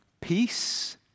peace